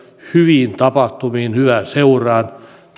hyviin tapahtumiin hyvään seuraan